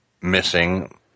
missing